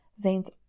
Zane's